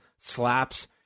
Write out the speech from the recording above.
slaps